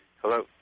Hello